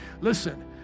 listen